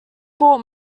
brought